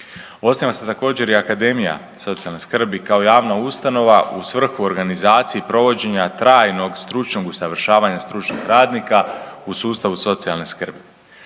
Osniva se također, i Akademija socijalne skrbi kao javna ustanova u svrhu organizacije provođenja trajnog stručnog usavršavanja stručnih radnika u sustavu socijalne skrbi.